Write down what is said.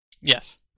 Yes